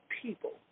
people